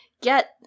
get